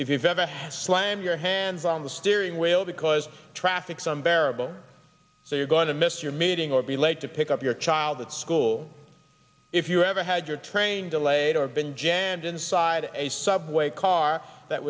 if you've ever had slam your hands on the steering wheel because of traffic some bearable so you're going to miss your meeting or be late to pick up your child at school if you ever had your train delayed or been jammed inside a subway car that